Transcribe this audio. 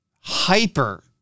hyper-